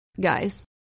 guys